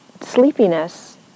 sleepiness